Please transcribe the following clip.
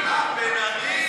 אה, בן ארי.